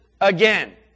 again